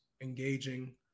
engaging